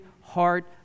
heart